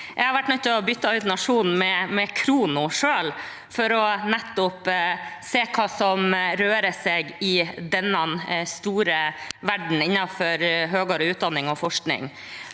Jeg har selv vært nødt til å bytte ut Nationen med Khrono for nettopp å se hva som rører seg i den store verdenen innenfor høyere utdanning og forskning.